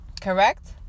correct